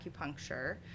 acupuncture